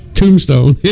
tombstone